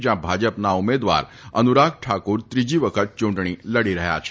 જયાં ભાજપના ઉમેદવાર અનુરાગ ઠાકુર ત્રીજી વખત ચૂંટણી લડી રહ્યા છે